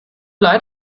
leid